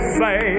say